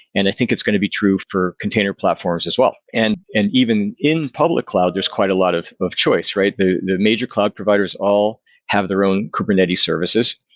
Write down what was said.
and i think it's going to be true for container platforms as well. and and even in public cloud, there's quite a lot of of choice. major cloud providers all have their own kubernetes services.